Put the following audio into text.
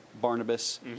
Barnabas